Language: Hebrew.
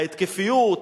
ההתקפיות,